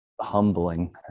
humbling